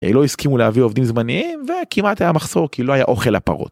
לא הסכימו להביא עובדים זמניים וכמעט היה מחסור כי לא היה אוכל לפרות.